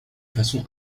façon